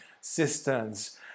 cisterns